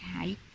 Okay